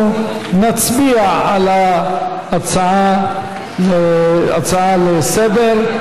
אנחנו נצביע על ההצעה לסדר-היום.